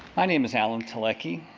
my name is alan telecky,